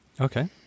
Okay